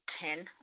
Ten